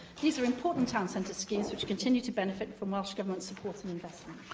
these are important town centre schemes, which continue to benefit from welsh government support and investment.